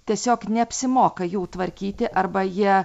tiesiog neapsimoka jų tvarkyti arba jie